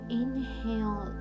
inhale